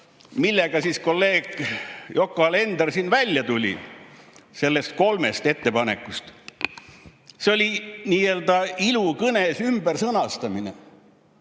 millega kolleeg Yoko Alender siin välja tuli, nendest kolmest ettepanekust. See oli nii-öelda ilukõnes ümbersõnastamine,